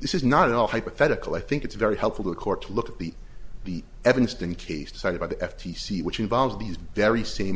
this is not all hypothetical i think it's very helpful to a court to look at the beat evanston case decided by the f t c which involves these very same